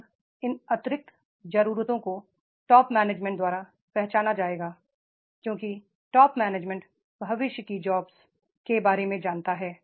अब इन अतिरिक्त जरूरतों को टॉप मैनेजमेंट द्वारा पहचाना जाएगा क्योंकि टॉप मैनेजमेंट भविष्य की जॉब्स के बारे में जानता है